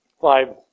Five